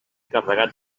carregat